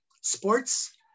sports